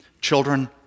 Children